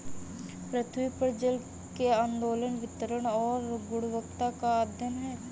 पृथ्वी पर जल के आंदोलन वितरण और गुणवत्ता का अध्ययन है